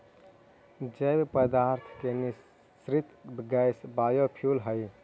जैव पदार्थ के निःसृत गैस बायोफ्यूल हई